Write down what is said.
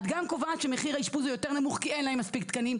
את גם קובעת שמחיר האשפוז הוא יותר נמוך כי אין להם מספיק תקנים,